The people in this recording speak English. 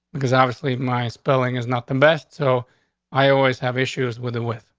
because obviously, my spelling is not the best. so i always have issues with the with.